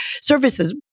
services